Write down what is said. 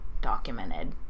documented